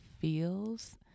feels